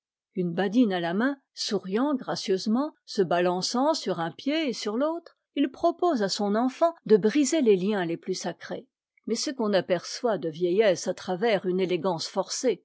une badine à la main souriant gracieusement se balançant sur un pied et sur l'autre il propose à son enfant de briser les liens les plus sacrés mais ce qu'on aperçoit de vieillesse à travers une élégance forcée